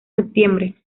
septiembre